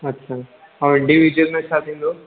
अच्छा ऐं इंडिविजुअल में छा थींदो